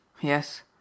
Yes